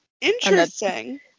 Interesting